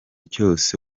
cyose